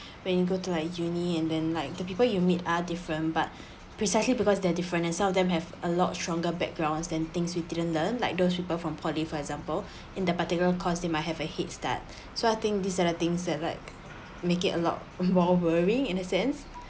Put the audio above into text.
when you go to like uni and then like the people you meet are different but precisely because they're different and some of them have a lot stronger backgrounds than things we didn't learn like those people from poly for example in the particular course they might have a head start so I think this are the things that like make it a lot more worrying in a sense